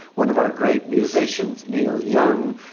one of our great musicians, neil young,